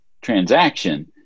transaction